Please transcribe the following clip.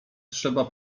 trzeba